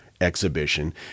exhibition